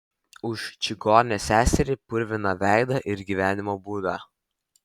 už čigonę seserį purviną veidą ir gyvenimo būdą